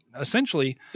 essentially